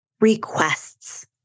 requests